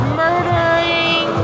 murdering